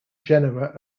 genera